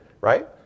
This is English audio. right